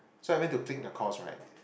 so I went to click the course right